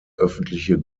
öffentliche